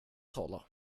tala